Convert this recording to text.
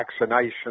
vaccinations